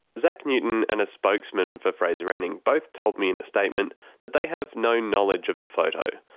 zack newton and a spokesman for fraser anning both told me in a statement that they have no knowledge of the photo.